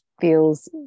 feels